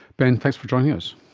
ben, thanks for joining us.